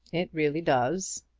it really does.